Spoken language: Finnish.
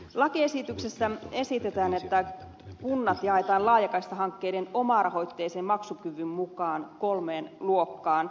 lakiesityksessä esitetään että kunnat jaetaan laajakaistahankkeiden omarahoitteisen maksukyvyn mukaan kolmeen luokkaan